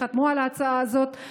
חתמו על ההצעה הזאת.